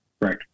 right